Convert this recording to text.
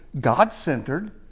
God-centered